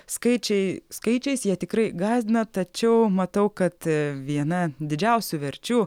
skaičiai skaičiais jie tikrai gąsdina tačiau matau kad viena didžiausių verčių